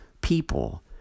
people